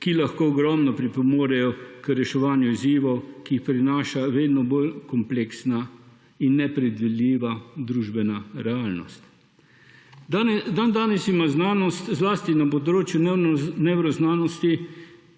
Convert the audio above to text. ki lahko ogromno pripomorejo k reševanju izzivov, ki jih prinaša vedno bolj kompleksna in nepredvidljiva družbena realnost. Dandanes ima znanost zlasti na področju nevroznanosti